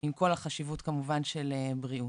עם כל החשיבות, כמובן, של בריאות.